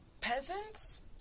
Peasants